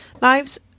Lives